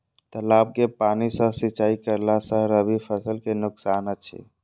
तालाब के पानी सँ सिंचाई करला स रबि फसल के नुकसान अछि?